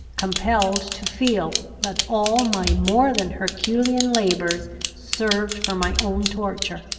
compelled to feel that all my more than herculean labours served for my own torture,